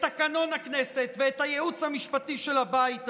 את תקנון הכנסת ואת הייעוץ המשפטי של הבית הזה.